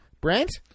Brent